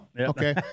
okay